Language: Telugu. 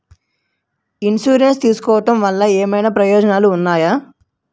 ఇన్సురెన్స్ తీసుకోవటం వల్ల ఏమైనా ప్రయోజనాలు ఉన్నాయా?